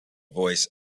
voice